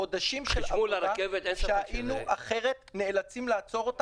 נחסכו חודשים של עבודה שהיינו אחרת נאלצים לעצור אותה